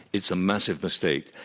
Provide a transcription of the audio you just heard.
it's a massive mistake.